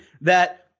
that-